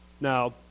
Now